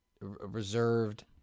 reserved